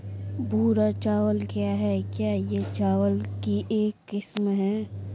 भूरा चावल क्या है? क्या यह चावल की एक किस्म है?